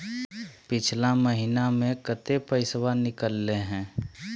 पिछला महिना मे कते पैसबा निकले हैं?